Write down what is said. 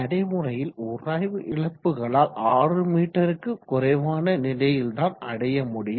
நடைமுறையில் உராய்வு இழப்புகளால் 6 மீ க்கு குறைவான நிலையில் தான் அடைய முடியும்